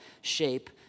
shape